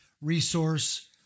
resource